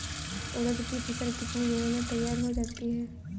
उड़द की फसल कितनी दिनों में तैयार हो जाती है?